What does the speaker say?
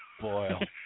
Boil